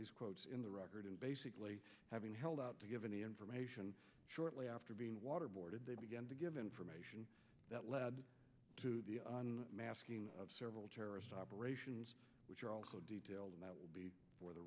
these quotes in the record and basically having held out to give any information shortly after being water boarded they to give information that led to the un masking of several terrorist operations which are also details that will be for the